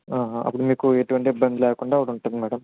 అప్పుడు మీకు ఎటువంటి ఇబ్బంది లేకుండా ఉంటుంది మేడం